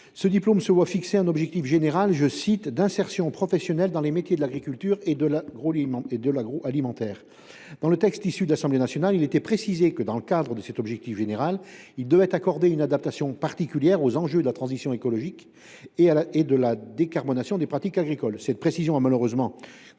Ce diplôme se voit fixer un objectif général « d’insertion professionnelle dans les métiers de l’agriculture et de l’agroalimentaire ». Dans le texte issu de l’Assemblée nationale, il était précisé que, dans le cadre de cet objectif général, il devait accorder une adaptation particulière aux enjeux de la transition écologique et de la décarbonation des pratiques agricoles. Cette précision a malheureusement, comme